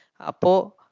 Apo